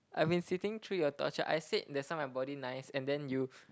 I've been sitting through your torture I said that's why my body nice and then you